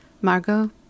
Margot